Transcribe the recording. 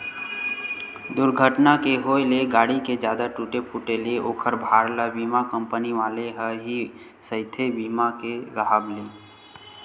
दूरघटना के होय ले गाड़ी के जादा टूटे फूटे ले ओखर भार ल बीमा कंपनी वाले ह ही सहिथे बीमा के राहब म